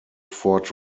fort